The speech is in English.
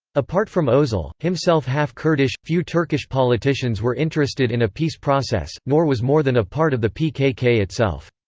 apart from ozal, himself half-kurdish, few turkish politicians were interested in a peace process, nor was more than a part of the pkk itself.